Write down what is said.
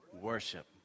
Worship